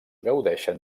gaudeixen